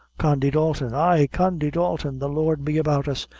condy dalton. ay, condy dalton the lord be about us!